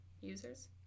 users